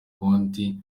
konti